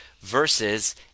versus